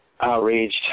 outraged